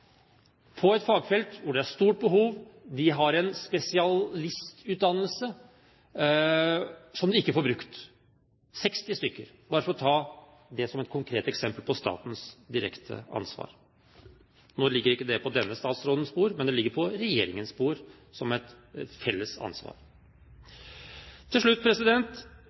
de ikke får brukt – 60 stykker, bare for å ta det som et konkret eksempel på statens direkte ansvar. Nå ligger ikke det på denne statsrådens bord, men det ligger på regjeringens bord, som et felles ansvar. Til slutt: